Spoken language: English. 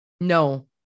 no